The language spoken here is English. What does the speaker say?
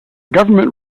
government